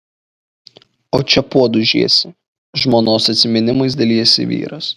o čia puodus žiesi žmonos atsiminimais dalijasi vyras